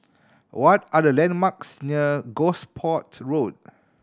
what are the landmarks near Gosport Road